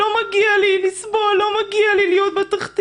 לא מגיע לי לסבול, לא מגיע לי להיות בתחתית.